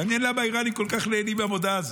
מעניין למה האיראנים כל כך נהנים מהמודעה הזאת.